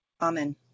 Amen